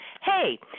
hey